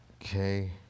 Okay